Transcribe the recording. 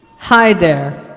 hi there.